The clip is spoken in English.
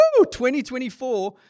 2024